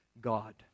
God